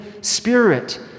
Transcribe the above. spirit